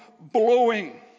blowing